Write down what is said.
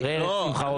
ראה ערך שמחה רוטמן.